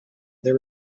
they